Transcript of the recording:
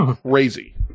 Crazy